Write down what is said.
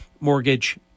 mortgage